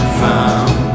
found